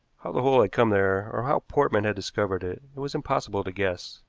how the hole had come there, or how portman had discovered it, it was impossible to guess,